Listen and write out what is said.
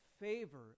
favor